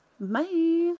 Bye